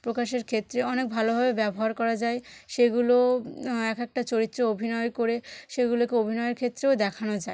প্রকাশের ক্ষেত্রে অনেক ভালোভাবে ব্যবহার করা যায় সেগুলো এক একটা চরিত্রে অভিনয় করে সেগুলোকে অভিনয়ের ক্ষেত্রেও দেখানো যায়